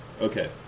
Okay